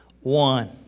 one